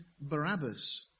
Barabbas